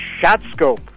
shotscope